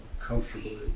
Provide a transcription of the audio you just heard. comfortably